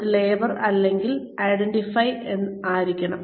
അത് ലേബൽ അല്ലെങ്കിൽ ഐഡന്റിഫൈ എന്ന് ആയിരിക്കണം